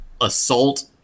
Assault